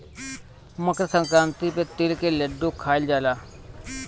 मकरसंक्रांति पे तिल के लड्डू खाइल जाला